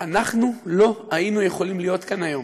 אנחנו לא היינו יכולים להיות כאן היום.